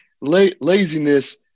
laziness